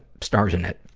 stars in it,